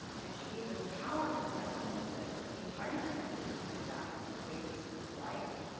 and she gave this powerful testimony that the entire country just stood back and said, wait, this isn't right,